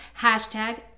hashtag